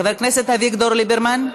חבר הכנסת אביגדור ליברמן.